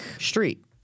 street